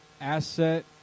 asset